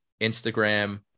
Instagram